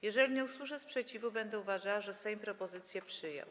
Jeżeli nie usłyszę sprzeciwu, będę uważała, że Sejm propozycję przyjął.